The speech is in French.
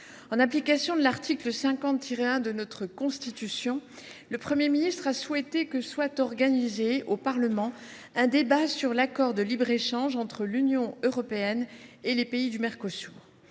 en application de l’article 50 1 de notre Constitution, le Premier ministre a souhaité que soit organisé au Parlement un débat sur l’accord de libre échange entre l’Union européenne et les pays membres